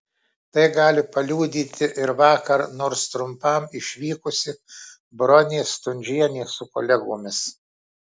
tai gali paliudyti ir vakar nors trumpam išvykusi bronė stundžienė su kolegomis